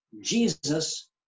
Jesus